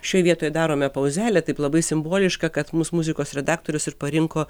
šioj vietoj darome pauzelę taip labai simboliška kad mūs muzikos redaktorius ir parinko